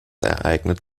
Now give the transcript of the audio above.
ereignet